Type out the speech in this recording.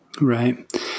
Right